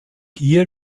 hier